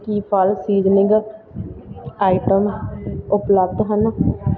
ਕੀ ਫ਼ਲ seasoning item ਉਪਲੱਬਧ ਹਨ